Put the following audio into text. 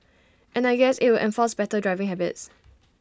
and I guess IT would enforce better driving habits